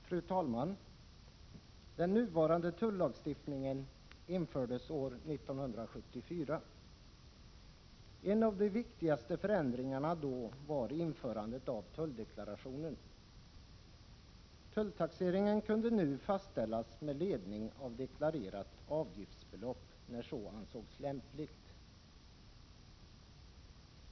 Fru talman! Den nuvarande tullagstiftningen infördes år 1974. En av de viktigaste förändringarna då var införandet av tulldeklarationen. Tulltaxeringen kunde nu fastställas med ledning av deklarerat avgiftsbelopp när så ansågs lämpligt.